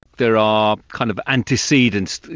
there are kind of antecedents,